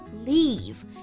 Leave